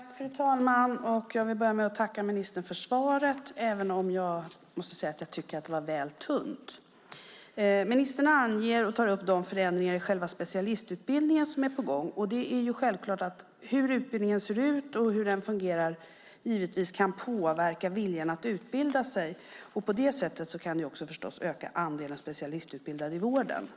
Fru talman! Jag vill börja med att tacka ministern för svaret, även om jag måste säga att det var väl tunt. Ministern tar upp de förändringar i själva specialistutbildningen som är på gång. Hur utbildningen ser ut och hur den fungerar kan givetvis påverka viljan att utbilda sig. På det sättet kan andelen specialistutbildade i vården öka.